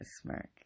smirk